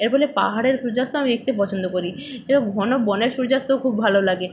এর ফলে পাহাড়ের সূর্যাস্ত আমি দেখতে পছন্দ করি যেরকম ঘন বনের সূর্যাস্তও খুব ভালো লাগে